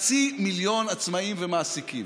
חצי מיליון עצמאים ומעסיקים.